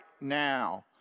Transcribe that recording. now